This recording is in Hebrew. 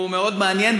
הוא מאוד מעניין,